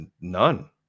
none